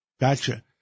Gotcha